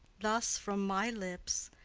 thus from my lips,